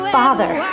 father